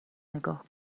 نگاه